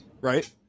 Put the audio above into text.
right